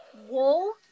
wool